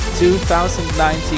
2019